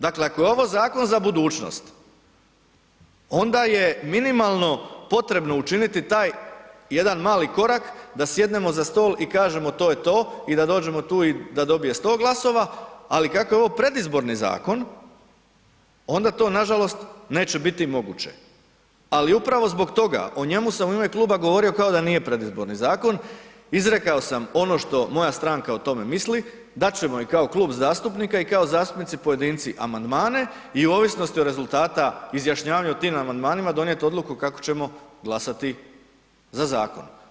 Dakle, ako je ovo zakon za budućnost, onda je minimalno potrebno učiniti taj jedan mali korak, da sjednemo za stol i kažemo, to je to i da dođemo tu i da dobije 100 glasova, ali kako je ovo predizborni zakon onda to nažalost neće bit moguće, ali upravo zbog toga, o njemu sam u ime kluba govorio kao da nije predizborni zakon, izrekao sam ono što moja stranka o tome misli, dat ćemo i kao klub zastupnika i kao zastupnici pojedinci amandmane i o ovisnosti od rezultata izjašnjavanja o tim amandmanima donijeti odluku kako ćemo glasati za zakon.